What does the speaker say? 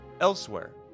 Elsewhere